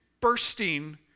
bursting